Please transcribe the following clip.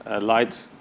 light